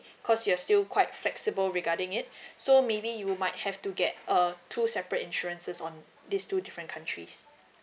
cause you're still quite flexible regarding it so maybe you might have to get err two separate insurances on these two different countries